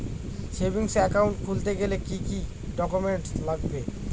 Savings account খুলতে গেলে কি কি ডকুমেন্টস লাগবে?